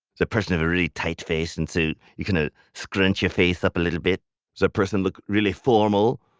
the person has a really tight face and so you kind scrunch your face up a little bit. does that person look really formal?